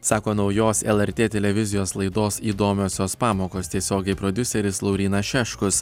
sako naujos lrt televizijos laidos įdomiosios pamokos tiesiogiai prodiuseris laurynas šeškus